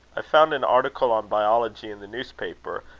i found an article on biology in the newspaper,